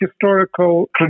historical